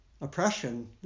oppression